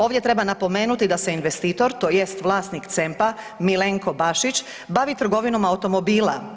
Ovdje treba napomenuti da se investitor tj. vlasnik CEMP-a Milenko Bašić bavi trgovinom automobila.